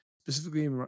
Specifically